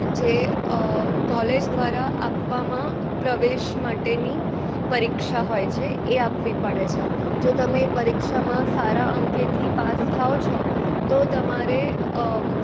જે કોલેજ દ્વારા આપવામાં પ્રવેશ માટેની પરીક્ષા હોય છે એ આપવી પડે છે જો તમે પરીક્ષામાં સારા અંકેથી પાસ થાવ છો તો તમારે